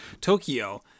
tokyo